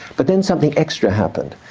but then something extra happened.